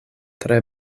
tre